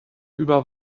über